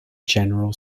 general